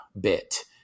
bit